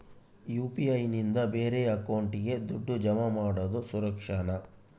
UPI ನಿಂದ ಬೇರೆ ಅಕೌಂಟಿಗೆ ದುಡ್ಡು ಜಮಾ ಮಾಡೋದು ಸುರಕ್ಷಾನಾ?